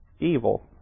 evil